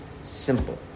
simple